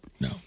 No